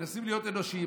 מנסים להיות אנושיים,